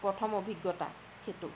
প্ৰথম অভিজ্ঞতা সেইটো